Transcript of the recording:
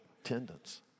attendance